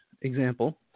example